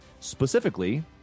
specifically